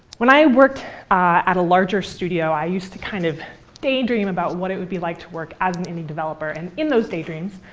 when i worked at a larger studio, i used to kind of daydream about what it would be like to work as an indie developer. and in those dreams, so